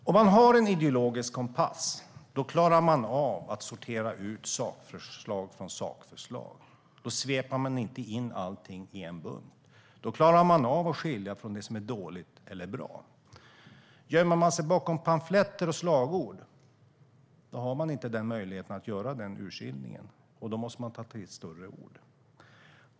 Herr talman! Om man har en ideologisk kompass, då klarar man av att sortera ut sakförslag från sakförslag. Då sveper man inte in allting i en bunt. Då klarar man av att skilja på det som är dåligt eller bra. Gömmer man sig bakom pamfletter och slagord har man inte möjlighet att göra den urskiljningen. Då måste man ta till större ord.